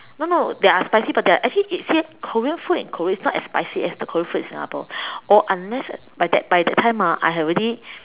no no they are spicy but they are actually it say Korean food in Korea is not as spicy as the Korean food in Singapore or unless by that by that time ah I had already